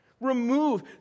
Remove